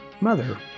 mother